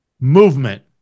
movement